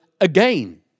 again